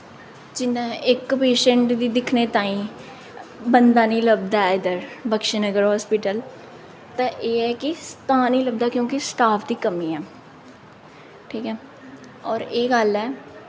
जियां इक पेशैंट गी दिक्खने ताईं बंदा निं लभदा ऐ इद्धर बक्शी नगर हास्पिटल ते एह् ऐ कि तां निं लभदा क्योंकि स्टाफ दी कमी ऐ ठीक ऐ होर एह् गल्ल ऐ